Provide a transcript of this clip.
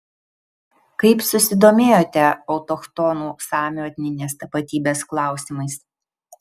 kaip susidomėjote autochtonų samių etninės tapatybės klausimais